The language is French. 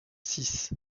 six